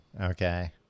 Okay